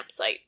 campsites